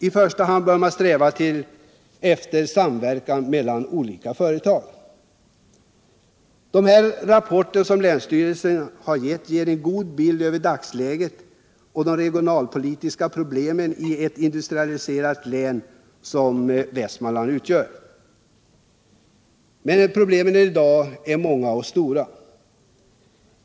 I första hand bör man sträva efter samverkan mellan olika företag. Länsstyrelsens rapport ger en god bild av dagsläget och de regionalpolitiska problemen i ett industrialiserat län som Västmanlands. Men problemen är många och stora.